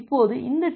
இப்போது இந்த டி